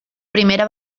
primera